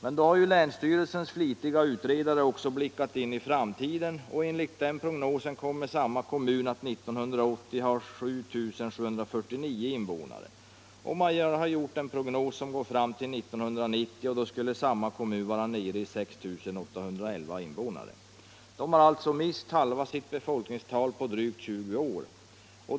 Men länsstyrelsens flitiga utredare har också blickat in i framtiden. Enligt den prognosen kommer samma kommun att 1980 ha 7 749 invånare. Man har också gjort en prognos som går fram till 1990, och då skulle samma kommun vara nere i 6 811 invånare. Kommunen skulle alltså mista halva sitt befolkningstal på drygt 20 år.